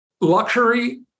luxury